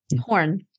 horn